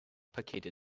pakete